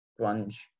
grunge